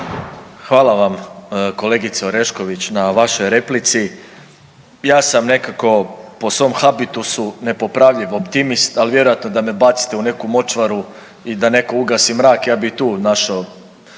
Hvala vam kolegice Orešković na vašoj replici. Ja sam nekako po svom habitusu nepopravljiv optimist, ali vjerojatno, da me bacite u neku močvaru i da netko ugasi mrak, ja bih i tu našao